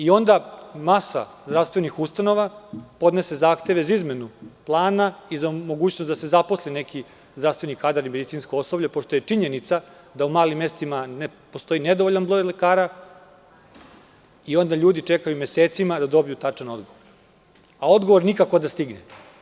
Onda masa zdravstvenih ustanova podnese zahteve za izmenu plana i za mogućnost da se zaposli neki zdravstveni kadar i medicinsko osoblje, pošto je činjenica da u malim mestima postoji nedovoljan broj lekara i onda ljudi čekaju mesecima da dobiju tačan odgovor, a odgovor nikako da stigne.